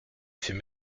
fait